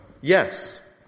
Yes